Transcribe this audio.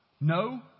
No